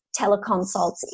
teleconsults